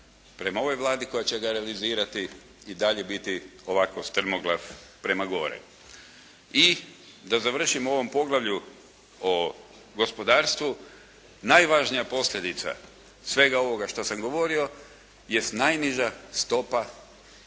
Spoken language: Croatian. prema ovoj Vladi koja će ga realizirati i dalje biti ovako strmoglav prema gore. I da završim o ovom poglavlju o gospodarstvu, najvažnija posljedica svega ovoga što sam govorio jest najniža stopa,